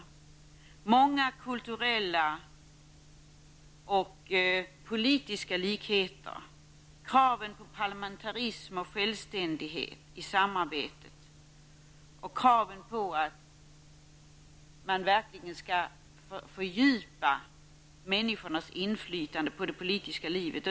Det finns många kulturella och politiska likheter, bl.a. kraven på parlamentarism och självständighet i samarbetet och kraven på att man verkligen skall fördjupa människors inflytande på det politiska livet.